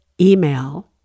email